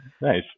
Nice